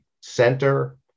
center